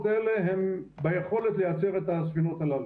האלה הן ביכולת לייצר את הספינות הללו.